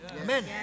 Amen